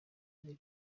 ari